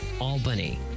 Albany